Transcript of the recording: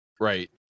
Right